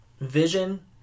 Vision